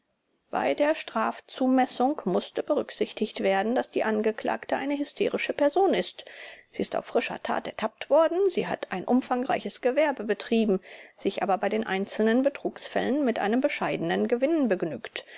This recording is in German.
bei der strafzumessung mußte berücksichtigt werden daß die angeklagte eine hysterische person ist sie ist auf frischer tat ertappt worden sie hat ein umfangreiches gewerbe betrieben sich aber bei den einzelnen betrugsfällen mit einem bescheidenen gewinn begnügt